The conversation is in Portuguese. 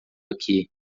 aqui